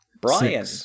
Brian